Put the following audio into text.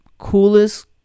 coolest